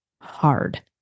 Hard